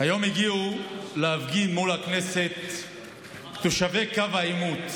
היום הגיעו להפגין מול הכנסת תושבי קו העימות,